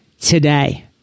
today